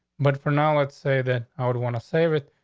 but for now, let's say that i would want to save it.